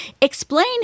Explain